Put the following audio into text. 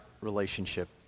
relationship